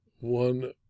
one